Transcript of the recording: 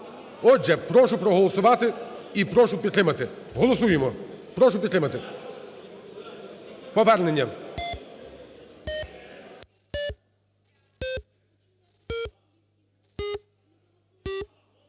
Отже, прошу проголосувати і прошу підтримати. Голосуємо. Прошу підтримати повернення.